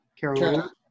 Carolina